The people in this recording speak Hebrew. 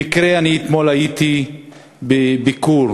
במקרה הייתי אתמול בביקור